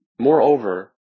Moreover